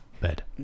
bed